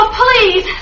please